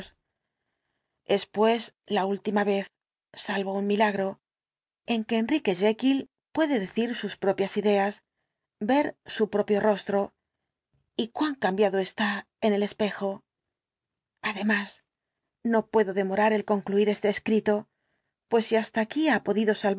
es pues la última vez salvo un milagro en que enrique jekyll puede deexplicación completa del caso cir sus propias ideas ver su propio rostro y cuan cambiado está en el espejo además no puedo demorar el concluir este escrito pues si hasta aquí ba podido